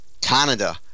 Canada